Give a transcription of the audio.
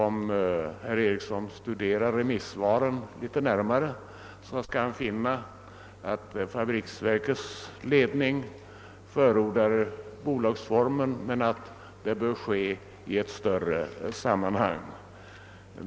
Om herr Ericsson studerar remissvaren litet närmare, skall han finna att fabriksverkens ledning förordar bolagsformen men anser att frågan bör lösas i ett större sammanhang.